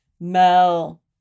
Mel